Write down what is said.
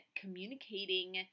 communicating